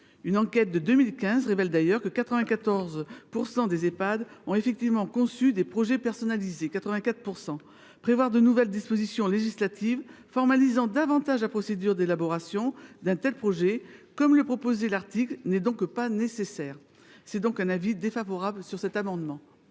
Une enquête de 2015 révèle d’ailleurs que 84 % des Ehpad ont effectivement conçu des projets personnalisés. Prévoir de nouvelles dispositions législatives formalisant davantage la procédure d’élaboration d’un tel projet, comme le prévoyait l’article, n’est donc pas nécessaire : avis défavorable. Quel est